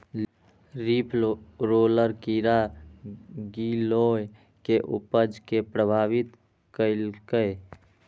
leaf roller कीड़ा गिलोय के उपज कें प्रभावित केलकैए